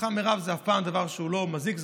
ברכה מהרב זה דבר שאף פעם לא מזיק,